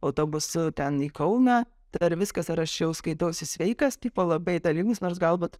autobusu ten į kauną tai ar viskas ar aš jau skaitausi sveikas tipo labai dalyvus nors galbūt